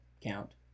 count